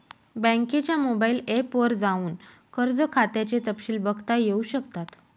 बँकेच्या mobile app वर जाऊन कर्ज खात्याचे तपशिल बघता येऊ शकतात